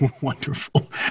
wonderful